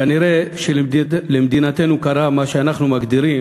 כנראה למדינתנו קרה מה שאנחנו מגדירים